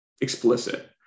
explicit